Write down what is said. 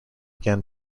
again